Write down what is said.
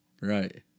Right